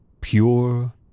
pure